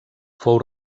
fou